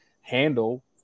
handle